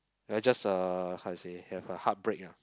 we're just a how to say have a heartbreak eh